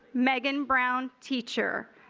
megan brown teacher.